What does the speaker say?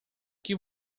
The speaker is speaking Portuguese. que